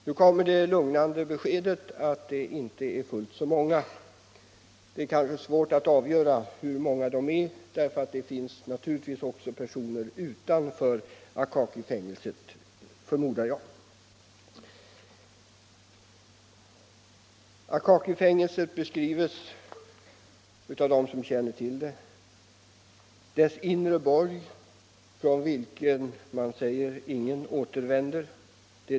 Nu kommer den lugnande rapporten att det inte är fråga om fullt så många kvinnor. Men det är kanske svårt att avgöra hur många de är. Jag förmodar att det också finns fängslade personer utanför Akakifängelset. Akakifängelset beskrivs av dem som känner till det så att från dess inre borg, där kvinnorna sitter fängslade, återvänder ingen.